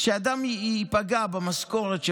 שאדם ייפגע במשכורת שלו,